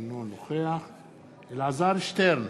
אינו נוכח אלעזר שטרן,